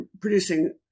producing